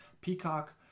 Peacock